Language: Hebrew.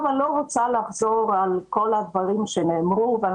אני לא רוצה לחזור על כל הדברים שנאמרו ואני